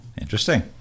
interesting